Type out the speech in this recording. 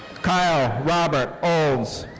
kyle robert olds.